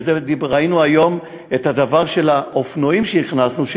וראינו היום את האופנועים שהכנסנו,